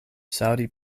saudi